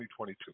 2022